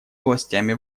властями